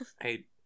Hey